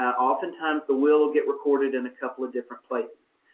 oftentimes the will will get recorded in a couple of different places.